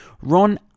Ron